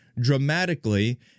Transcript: dramatically